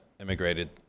immigrated